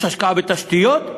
יש השקעה בתשתיות,